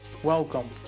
Welcome